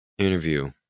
interview